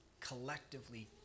collectively